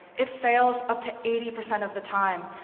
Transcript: it fails up to eighty percent of the time.